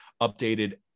updated